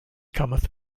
cometh